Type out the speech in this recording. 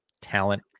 talent